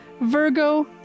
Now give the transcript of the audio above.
Virgo